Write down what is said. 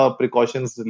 precautions